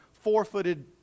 four-footed